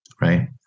Right